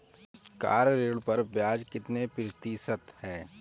Car ऋण पर ब्याज कितने प्रतिशत है?